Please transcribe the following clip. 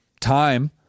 time